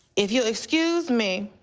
if you'll excuse me.